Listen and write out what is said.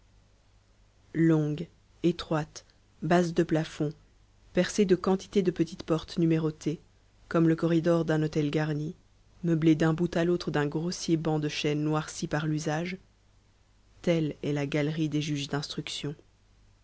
longue étroite basse de plafond percée de quantité de petites portes numérotées comme le corridor d'un hôtel garni meublée d'un bout à l'autre d'un grossier banc de chêne noirci par l'usage telle est la galerie des juges d'instruction